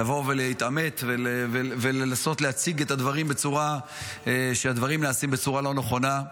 לבוא ולהתעמת ולנסות להציג שהדברים נעשים בצורה לא נכונה.